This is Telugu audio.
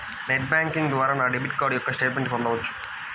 నెట్ బ్యాంకింగ్ ద్వారా నా డెబిట్ కార్డ్ యొక్క స్టేట్మెంట్ పొందవచ్చా?